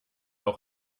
auch